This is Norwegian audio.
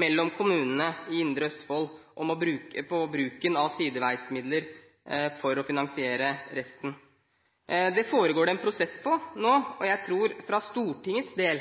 mellom kommunene i Indre Østfold på bruken av sideveismidler for å finansiere resten. Dette foregår det en prosess på nå, og jeg tror vi fra